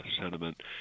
sentiment